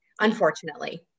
Unfortunately